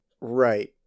Right